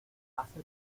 hace